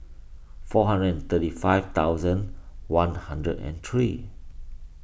four hundred and thirty five thousand one hundred and three